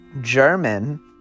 German